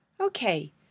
Okay